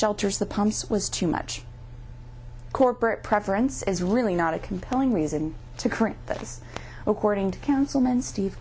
shelters the promise was too much corporate preference is really not a compelling reason to current but yes according to councilman steve